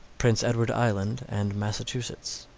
prince edward island and massachusetts.